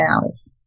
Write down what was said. hours